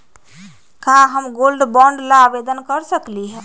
का हम gold bond ला आवेदन कर सकली ह?